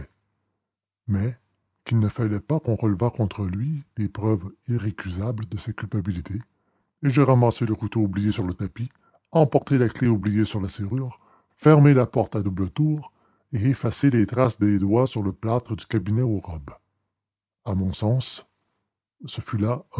gilet mais qu'il ne fallait pas qu'on relevât contre lui des preuves irrécusables de sa culpabilité et j'ai ramassé le couteau oublié sur le tapis emporté la clef oubliée sur la serrure fermé la porte à double tour et effacé les traces des doigts sur le plâtre du cabinet aux robes à mon sens ce fut là